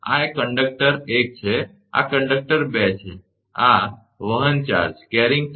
તો આ કંડક્ટર 1 છે આ કંડક્ટર 2 છે આ વહન ચાર્જ q